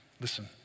Listen